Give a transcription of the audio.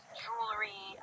jewelry